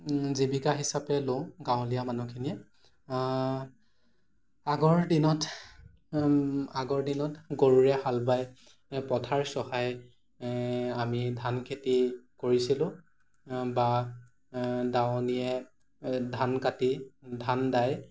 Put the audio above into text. জীৱিকা হিচাপে লওঁ গাঁৱলীয়া মানুহখিনিয়ে আগৰ দিনত আগৰ দিনত গৰুৰে হাল বায় মানে পথাৰ চহায় আমি ধান খেতি কৰিছিলোঁ বা দাৱনীয়ে ধান কাটি ধান দাই